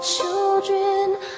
children